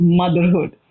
motherhood